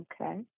Okay